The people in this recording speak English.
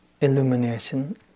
illumination